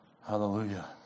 Hallelujah